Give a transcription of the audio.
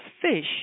fish